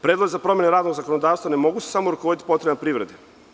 Predlog za promene radnog zakonodavstva ne mogu se samo rukovoditi potrebama privrede.